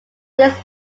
this